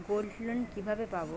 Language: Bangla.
আমি গোল্ডলোন কিভাবে পাব?